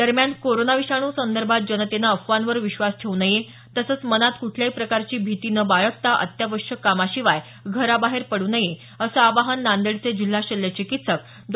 दरम्यान कोरोना विषाणू संदर्भात जनतेनं अफवांवर विश्वास ठेवू नये तसंच मनात क्ठल्याही प्रकारची भिती न बाळगता अत्यावश्यक कामाशिवाय घराबाहेर पडू नये असं आवाहन नांदेडचे जिल्हा शल्य चिकित्सक डॉ